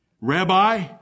Rabbi